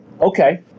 okay